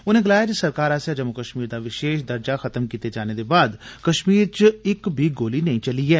उनें गलाया ऐ जे सरकार आसेआ जम्मू कश्मीर दा विशेष दर्जा खत्म कीते जाने दे बाद कश्मीर च इक्क बी गोली नेई चली ऐ